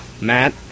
Matt